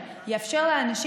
רק על מתמטיקה את מדברת?